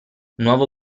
nuovo